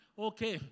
okay